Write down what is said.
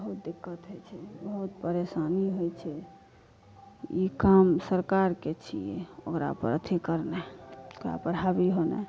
बहुत दिक्कत होइत छै बहुत परेशानी होइत छै ई काम सरकारके छियै ओकरा पर अथी करनाइ ओकरा पर हाबी होनाइ